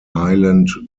highland